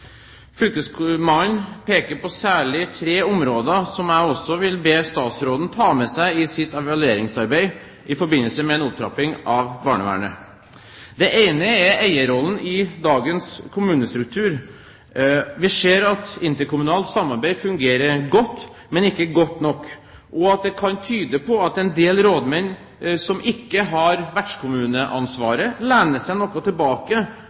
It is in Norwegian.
Fylkesmannen peker særlig på tre områder, som jeg også vil be statsråden ta med seg i sitt evalueringsarbeid i forbindelse med en opptrapping av barnevernet. Det ene er eierrollen i dagens kommunestruktur. Vi ser at interkommunalt samarbeid fungerer godt, men ikke godt nok, og at det kan tyde på at en del rådmenn som ikke har vertskommuneansvaret, lener seg noe tilbake,